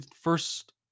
first